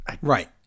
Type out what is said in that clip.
Right